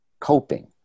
coping